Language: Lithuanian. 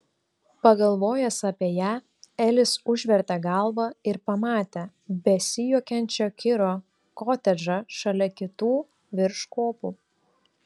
pagalvojęs apie ją elis užvertė galvą ir pamatė besijuokiančio kiro kotedžą šalia kitų virš kopų